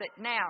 now